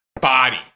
body